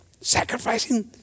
Sacrificing